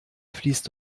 fließt